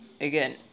again